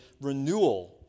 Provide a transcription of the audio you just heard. renewal